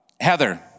Heather